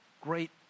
great